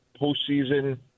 postseason